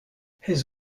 his